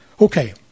Okay